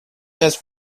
has